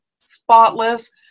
spotless